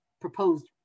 proposed